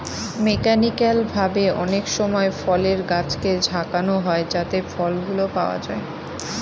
mechanical ভাবে অনেকসময় ফলের গাছকে ঝাঁকানো হয় যাতে ফলগুলো পাওয়া যায়